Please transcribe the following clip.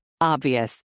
Obvious